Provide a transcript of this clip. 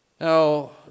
now